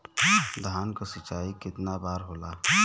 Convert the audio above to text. धान क सिंचाई कितना बार होला?